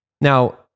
Now